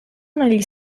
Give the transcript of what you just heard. negli